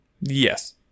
Yes